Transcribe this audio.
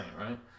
right